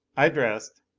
i dressed,